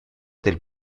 del